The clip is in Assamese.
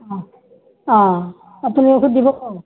অঁ অঁ আপুনি ঔষধ দিব